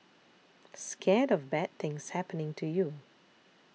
scared of bad things happening to you